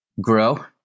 grow